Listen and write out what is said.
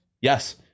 Yes